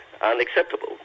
unacceptable